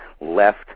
left